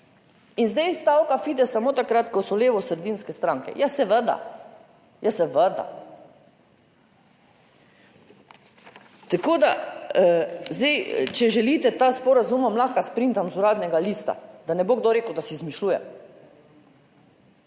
In zdaj stavka Fides samo takrat, ko so levosredinske stranke. Ja, seveda. Ja seveda. Tako, da zdaj, če želite ta sporazum, vam lahko sprintam iz Uradnega lista, da ne bo kdo rekel, da si izmišljujem.